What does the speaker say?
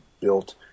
built